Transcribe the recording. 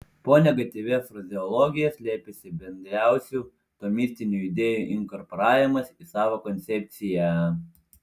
po negatyvia frazeologija slėpėsi bendriausių tomistinių idėjų inkorporavimas į savo koncepciją